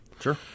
Sure